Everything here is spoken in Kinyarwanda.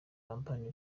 company